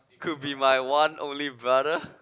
could be my one only brother